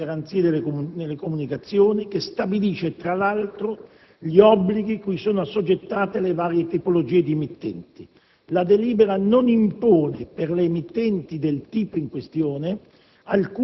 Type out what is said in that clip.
per le garanzie nelle comunicazioni (AGCOM) che stabilisce, tra l'altro, gli obblighi cui sono assoggettate le varie tipologie di emittenti. La delibera non impone per le emittenti del tipo in questione